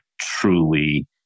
truly